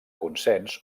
consens